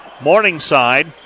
Morningside